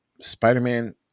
Spider-Man